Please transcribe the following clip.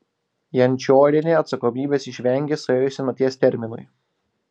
jančiorienė atsakomybės išvengė suėjus senaties terminui